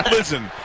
Listen